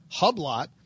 Hublot